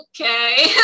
okay